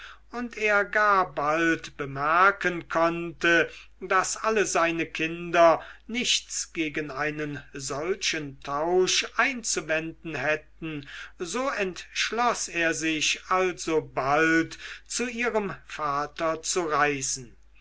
und er gar bald bemerken konnte daß alle seine kinder nichts gegen einen solchen tausch einzuwenden hätten so entschloß er sich alsobald zu ihrem vater zu reisen